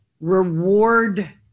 reward